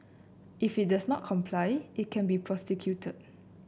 if it does not comply it can be prosecuted